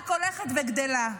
רק הולכת וגדלה.